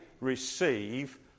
receive